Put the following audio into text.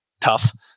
tough